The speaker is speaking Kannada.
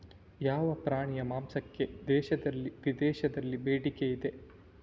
ಯಾವ ಪ್ರಾಣಿಯ ಮಾಂಸಕ್ಕೆ ದೇಶದಲ್ಲಿ ವಿದೇಶದಲ್ಲಿ ಬೇಡಿಕೆ ಇದೆ?